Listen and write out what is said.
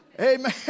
Amen